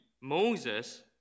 Moses